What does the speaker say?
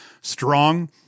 strong